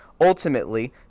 ultimately